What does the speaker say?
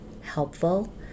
helpful